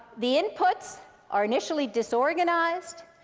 the inputs are initially disorganized.